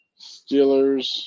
Steelers